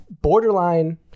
borderline